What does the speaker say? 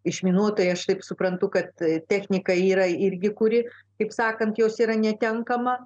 išminuotojai aš taip suprantu kad technika yra irgi kuri kaip sakant jos yra netenkama